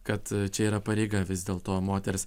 kad čia yra pareiga vis dėl to moters